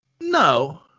No